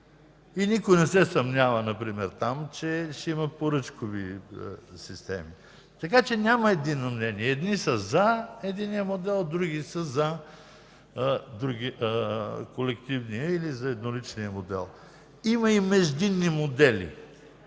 и никой не се съмнява например там, че ще има поръчкови системи. Така че няма единно мнение – едни са „за” колективния модел, други са „за” едноличния модел. Има и междинни модели,